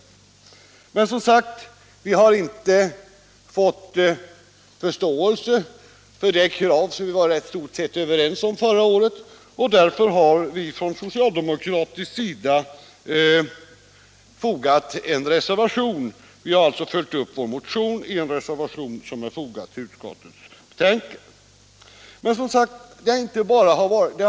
Men vi har, som sagt, inte fått förståelse för de krav som utskottet i stort sett var överens om förra året, och därför har vi från socialdemokratisk sida följt upp vår motion i en reservation, som är fogad till utskottets betänkande.